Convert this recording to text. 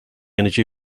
energy